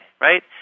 right